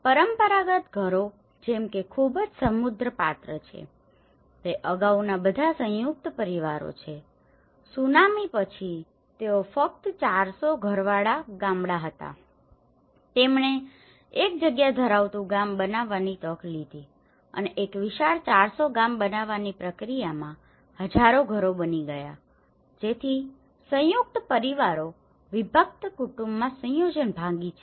પરંપરાગત ઘરો જેમ કે ખૂબ જ સમૃદ્ધ પાત્ર છે તે અગાઉના બધા સંયુક્ત પરિવારો છે સુનામી પછી તેઓ ફક્ત ચારસો ઘરવાળા ગામડા હતા જેમણે એક જગ્યા ધરાવતું ગામ બનાવવાની તક લીધી અને એક વિશાળ 400 ગામ બનાવવાની પ્રક્રિયામાં હજાર ઘરો બની ગયા જેથી સંયુક્ત પરિવારો વિભક્ત કુટુંબમાં સુયોજન ભાંગી છે